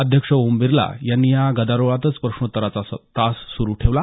अध्यक्ष ओम बिर्ला यांनी या गदारोळातच प्रश्नोत्तराचा तास सुरू ठेवला